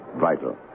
Vital